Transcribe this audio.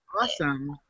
Awesome